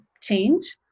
change